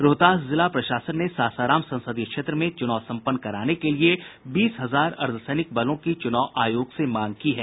रोहतास जिला प्रशासन ने सासाराम संसदीय क्षेत्र में चूनाव सम्पन्न कराने के लिये बीस हजार अर्द्वसैनिक बलों की चुनाव आयोग से मांग की है